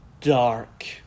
dark